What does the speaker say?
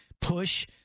push